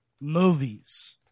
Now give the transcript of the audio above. movies